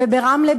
וברמלה,